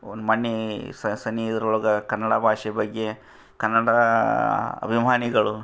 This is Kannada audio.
ಮನ್ನಿ ಸನ್ನಿ ಇದ್ರೊಳ್ಗ ಕನ್ನಡ ಭಾಷೆಯ ಬಗ್ಗೆ ಕನ್ನಡ ಅಭಿಮಾನಿಗಳು